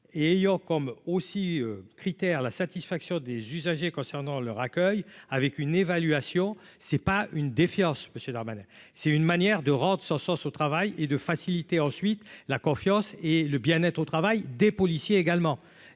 ayant comme aussi critères la satisfaction des usagers concernant leur accueil avec une évaluation, c'est pas une défiance monsieur Darmanin c'est une manière de sens au travail et de faciliter ensuite la confiance et le bien-être au travail des policiers également